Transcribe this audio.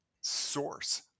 source